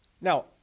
Now